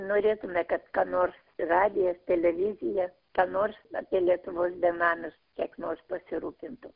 norėtume kad ką nors radijas televizija ką nors apie lietuvos benamius kiek nors pasirūpintų